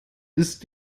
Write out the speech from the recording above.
ist